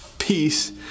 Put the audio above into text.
peace